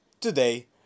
Today